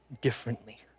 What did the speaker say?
differently